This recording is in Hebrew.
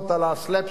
על הסלאפ"פשיות,